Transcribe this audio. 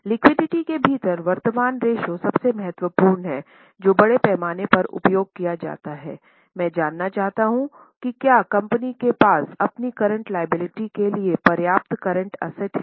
liquidity के भीतर वर्तमान रेश्यो सबसे महत्वपूर्ण है जो बड़े पैमाने पर उपयोग किया जाता है मैं जानना चाहता हूं कि क्या कंपनी के पास अपनी करंट लायबिलिटी के लिए पर्याप्त करंट एसेट है